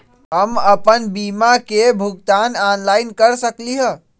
हम अपन बीमा के भुगतान ऑनलाइन कर सकली ह?